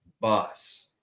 bus